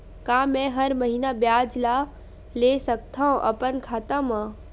का मैं हर महीना ब्याज ला ले सकथव अपन खाता मा?